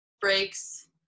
breaks